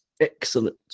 Excellent